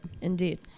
Indeed